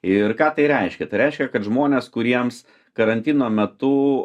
ir ką tai reiškia tai reiškia kad žmonės kuriems karantino metu